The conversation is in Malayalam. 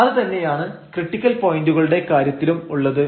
അത് തന്നെയാണ് ക്രിട്ടിക്കൽ പോയന്റുകളുടെ കാര്യത്തിലും ഉള്ളത്